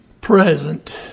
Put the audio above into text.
present